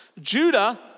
Judah